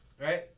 Right